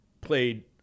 played